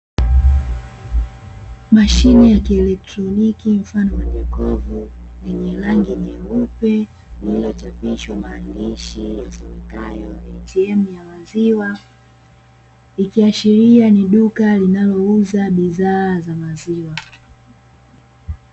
Mashine ya kieletroniki mfano wa jokofu lenye rangi nyeupe, lililochapishwa maandishi yasomekayo "ATM YA MAZIWA" ikiashiria ni duka linalouza bidhaa za maziwa.